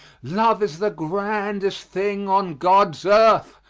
love is the grandest thing on god's earth,